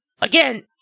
again